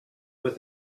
with